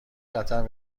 قطر